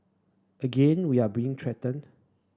again we are being threatened